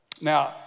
Now